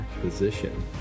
position